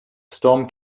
storm